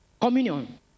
communion